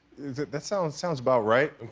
that that sounds sounds about right.